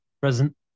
Present